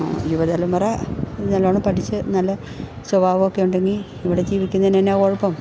യുവതലമുറ നല്ലോണം പഠിച്ചു നല്ല സ്വഭാവമൊക്കെ ഉണ്ടെങ്കിൽ ഇവിടെ ജീവിക്കുന്നതിന് എന്നാ കുഴപ്പം